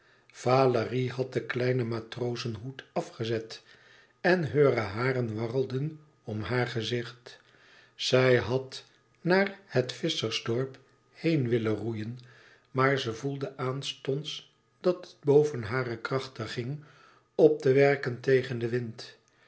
valérie had den kleinen matrozenhoed afgezet en heure haren warrelden om haar gezicht zij had naar het visschersdorp heen willen roeien maar ze voelde aanstonds dat het boven hare krachten ging op te werken tegen den wind